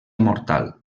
mortal